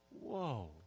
whoa